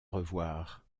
revoir